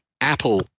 Apple